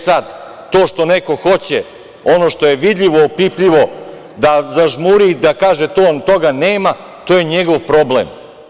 Sada to što neko hoće ono što je vidljivo, opipljivo da zažmuri i da kaže da toga nema, to je njegov problem.